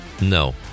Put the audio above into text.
No